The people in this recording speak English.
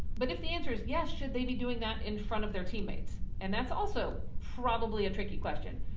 but if the answer is yes, should they be doing that in front of their teammates? and that's also probably a tricky question.